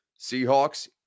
Seahawks